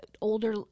older